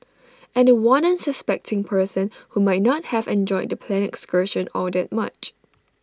and The One unsuspecting person who might not have enjoyed the planned excursion all that much